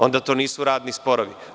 Onda to nisu radni sporovi.